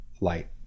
light